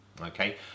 okay